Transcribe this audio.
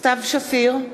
סתיו שפיר,